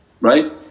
right